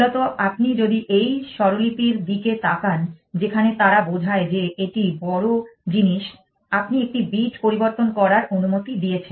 মূলত আপনি যদি এই স্বরলিপির দিকে তাকান যেখানে তারা বোঝায় যে এটি বড় জিনিস আপনি একটি বিট পরিবর্তন করার অনুমতি দিয়েছেন